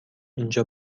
اینجا